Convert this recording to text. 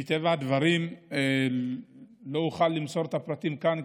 מטבע הדברים לא אוכל למסור את הפרטים כאן,